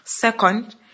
second